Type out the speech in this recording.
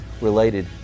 related